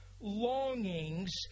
longings